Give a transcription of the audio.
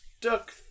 Duck